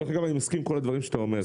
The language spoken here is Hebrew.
דרך אגב, אני מסכים עם כל הדברים שאתה אומר.